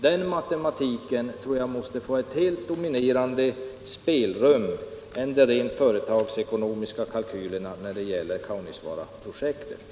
Den matematiken tror jag måste få ett helt dominerande spelrum i förhållande till de rent företagsekonomiska kalkylerna när det gäller Kaunisvaaraprojektet.